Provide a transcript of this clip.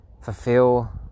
fulfill